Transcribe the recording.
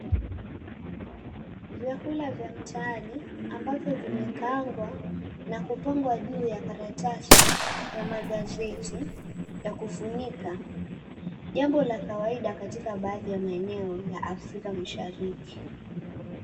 Vyakula vya mtaani, ambavyo vimekaangwa na kupangwa juu ya karatasi ya magazeti yakufunika, jambo la kawaida katika baadhi ya maeneo ya Afrika Mashariki.